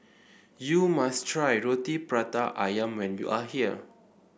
you must try Roti Prata ayam when you are here